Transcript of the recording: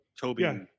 Toby